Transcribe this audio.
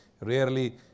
Rarely